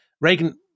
Reagan